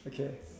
okay